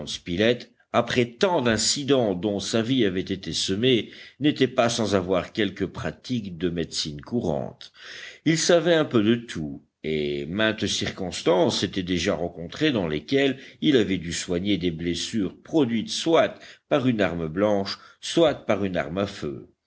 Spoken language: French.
spilett après tant d'incidents dont sa vie avait été semée n'était pas sans avoir quelque pratique de médecine courante il savait un peu de tout et maintes circonstances s'étaient déjà rencontrées dans lesquelles il avait dû soigner des blessures produites soit par une arme blanche soit par une arme à feu